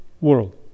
world